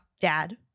Dad